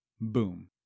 Boom